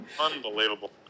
Unbelievable